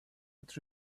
but